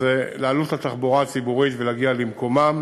זה לעלות לתחבורה הציבורית ולהגיע למקומם.